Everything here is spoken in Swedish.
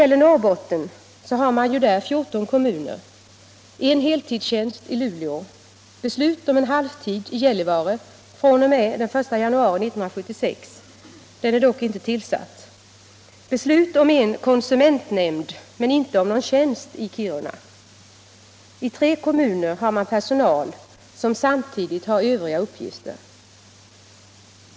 I Norrbotten, som omfattar fjorton kommuner, har man en heltidstjänst i Luleå, beslut om en halvtidstjänst i Gällivare fr.o.m. den 1 januari 1976 — den är dock inte tillsatt — samt beslut om en konsumentnämnd, men inte om någon tjänst, i Kiruna. I tre kommuner har man personal som samtidigt har andra uppgifter.